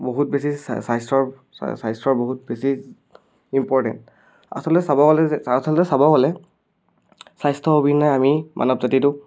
বহুত বেছি স্বাস্থ্যৰ স্বাস্থ্যৰ বহুত বেছি ইম্পৰ্টেণ্ট আচলতে চাব গ'লে যে আচলতে চাব গ'লে স্বাস্থ্যৰ অবিহনে আমি মানৱ জাতিটো